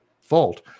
fault